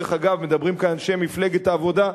דרך אגב, מדברים כאן אנשי מפלגת העבודה,